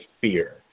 fear